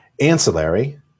Ancillary